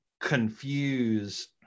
confuse